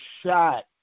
shot